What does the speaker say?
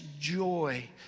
joy